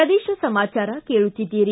ಪ್ರದೇಶ ಸಮಾಚಾರ ಕೇಳುತ್ತೀದ್ದಿರಿ